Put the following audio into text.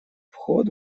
вход